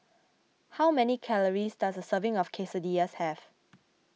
how many calories does a serving of Quesadillas have